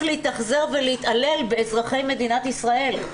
להתאכזר ולהתעלל באזרחי מדינת ישראל.